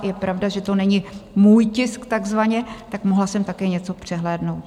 Je pravda, že to není můj tisk takzvaně, tak mohla jsem také něco přehlédnout.